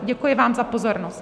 Děkuji vám za pozornost.